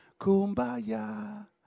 kumbaya